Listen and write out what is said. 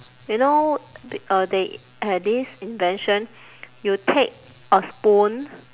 you know uh they have this invention you take a spoon